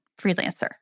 freelancer